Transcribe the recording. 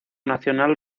nacional